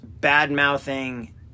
bad-mouthing